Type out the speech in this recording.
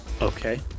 okay